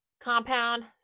compound